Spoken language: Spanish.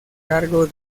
cargo